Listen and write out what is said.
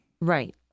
Right